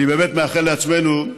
אני באמת מאחל לעצמנו,